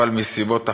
אבל מסיבות אחרות,